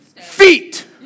feet